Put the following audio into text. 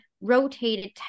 rotated